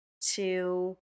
two